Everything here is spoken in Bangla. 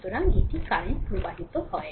সুতরাং এটি কারেন্ট প্রবাহিত হয়